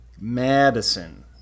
madison